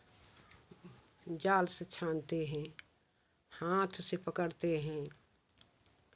जाल से छानते हैं हाथ से पकड़ते हैं